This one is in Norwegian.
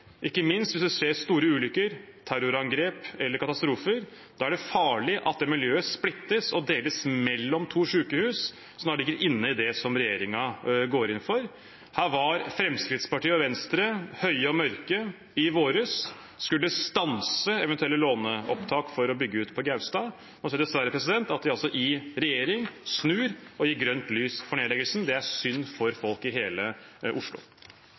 ikke minst hvis det skjer store ulykker, terrorangrep eller katastrofer. Da er det farlig at det miljøet er splittet og delt mellom to sykehus, slik det ligger an til i det regjeringen går inn for. Her var Fremskrittspartiet og Venstre høye og mørke i vår. De skulle stanse eventuelle låneopptak for å bygge ut på Gaustad. Nå ser vi dessverre at de i regjering snur og gir grønt lys for nedleggelsen. Det er synd for folk i hele Oslo.